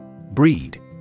Breed